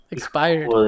Expired